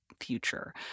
future